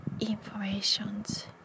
informations